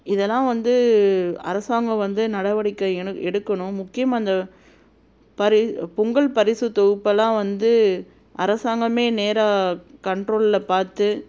இதெலாம் வந்து அரசாங்கம் வந்து நடவடிக்கை என எடுக்கணும் முக்கியமாக அந்த பரி பொங்கல் பரிசு தொகுப்புலாம் வந்து அரசாங்கமே நேராக கன்ட்ரோலில் பார்த்து